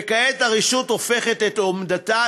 וכעת הרשות הופכת את עמדתה,